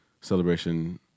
celebration